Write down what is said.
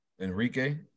Enrique